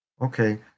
okay